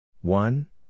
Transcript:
one